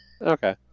Okay